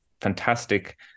fantastic